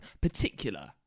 particular